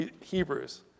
Hebrews